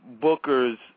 Booker's